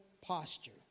posture